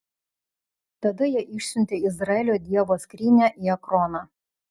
tada jie išsiuntė izraelio dievo skrynią į ekroną